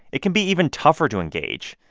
it can be even tougher to engage.